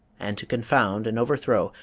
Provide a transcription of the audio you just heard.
and to confound and overthrow,